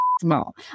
small